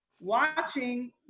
watching